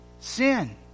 sin